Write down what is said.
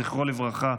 זכרו לברכה,